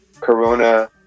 Corona